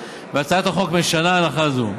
והצעת החוק משנה הנחה זו.